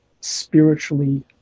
spiritually